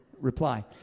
reply